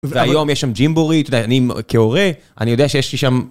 והיום יש שם ג'ימבורי, אני כהורה, אני יודע שיש לי שם...